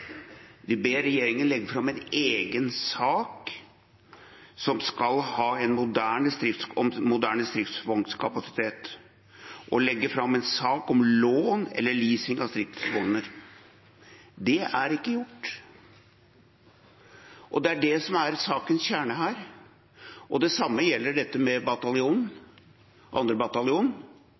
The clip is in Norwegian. Vi ber regjeringen legge fram en egen sak om moderne stridsvognkapasitet og en sak om leie eller leasing av stridsvogner. Det er ikke gjort, og det er det som er sakens kjerne her. Det samme gjelder 2. bataljon. Man kan ikke gjøre noe med